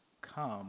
come